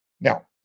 Now